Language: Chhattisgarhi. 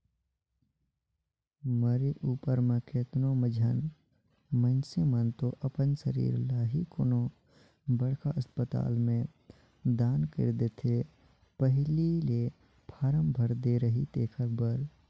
मरे उपर म केतनो झन मइनसे मन तो अपन सरीर ल ही कोनो बड़खा असपताल में दान कइर देथे पहिली ले फारम भर दे रहिथे एखर बर